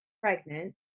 pregnant